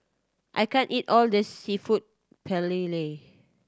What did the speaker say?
I can't eat all of this Seafood Paella